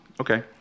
Okay